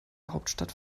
hauptstadt